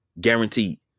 guaranteed